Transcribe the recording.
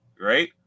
Right